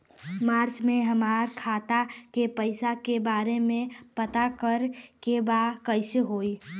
मार्च में हमरा खाता के पैसा के बारे में पता करे के बा कइसे होई?